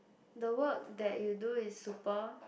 the work that you do is super